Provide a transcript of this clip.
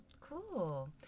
Cool